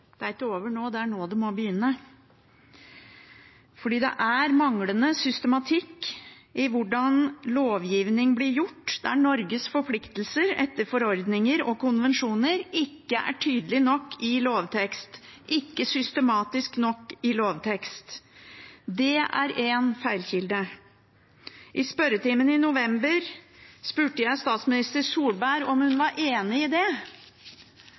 ikke over nå. Det er nå det må begynne. Det er manglende systematikk i hvordan lovgivning blir gjort. Norges forpliktelser etter forordninger og konvensjoner er ikke tydelige nok i lovtekst, ikke systematiske nok i lovtekst. Det er én feilkilde. I en spørretime i november spurte jeg statsminister Solberg om hun var enig i det.